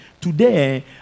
Today